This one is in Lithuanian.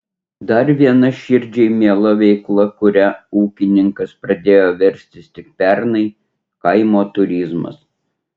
dar viena širdžiai miela veikla kuria ūkininkas pradėjo verstis tik pernai kaimo turizmas